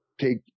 take